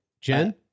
Jen